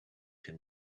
him